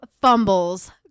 fumbles